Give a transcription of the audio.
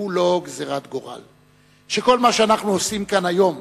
שהוא לא גזירת גורל, שכל מה שאנחנו עושים כאן היום